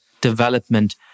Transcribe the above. development